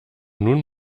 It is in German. nun